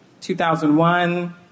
2001